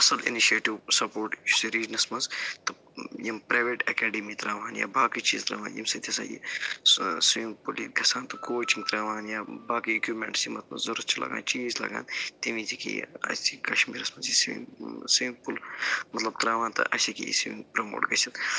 اَصٕل initiative support سریٖنگرَس منٛز تہٕ یِم پریوٮ۪ٹ اٮ۪کاڈٕمی تراوٕہَن یا باقٕے چیٖز تراوٕہَن ییٚمہِ سۭتۍ ہسا یہِ سۄ سِمپُلی گژھَن تہٕ کوچِنٛگ تراوٕہَن یا باقٕے اِکوِپمینٛٹَس یِم اَتھ منٛز ضوٚرَتھ چھِ لگان چیٖز لگان تٔمۍ وِزِ ہٮ۪کہِ اَسہِ یہِ کَشمیٖرَس منٛز یہِ سِومِنٛگ پوٗل سِومنٛگ پوٗل مطلب تراوٕہَن تہٕ اَسہِ ہٮ۪کہِ ہے یہِ سِووِنٛگ پروموٹ گٔژہِتھ